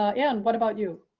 ah and what about you.